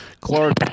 Clark